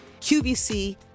QVC